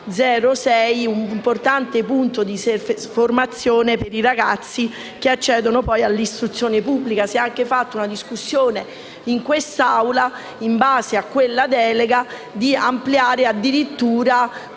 un importante momento di formazione per i ragazzi che accedono all'istruzione pubblica. Si è anche svolta una discussione in quest'Aula in base a quella delega per ampliare addirittura